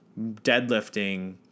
deadlifting